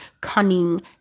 cunning